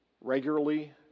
regularly